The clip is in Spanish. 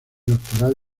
doctoral